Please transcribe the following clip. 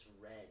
red